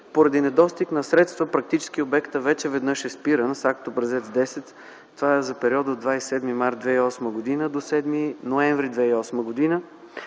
Поради недостиг на средства практически обектът вече веднъж е спиран с акт Образец 10 за периода от 27 март 2008 г. до 7 ноември 2008 г.